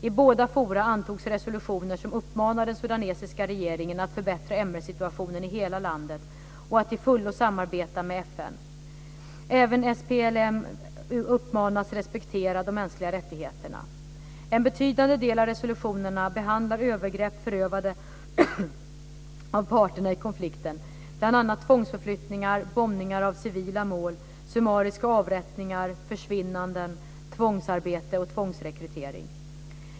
I båda forumen antogs resolutioner som uppmanar den sudanesiska regeringen att förbättra MR-situationen i hela landet och att till fullo samarbeta med FN. Även SPLM/A uppmanas respektera de mänskliga rättigheterna. En betydande del av resolutionerna behandlar övergrepp förövade av parterna i konflikten, bl.a. tvångsförflyttningar, bombningar av civila mål, summariska avrättningar, försvinnanden, tvångsarbete och tvångsrekrytering.